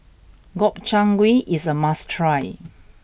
Gobchang Gui is a must try